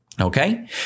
Okay